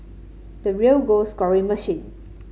the real goal scoring machine